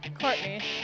Courtney